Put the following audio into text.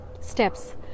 steps